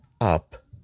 up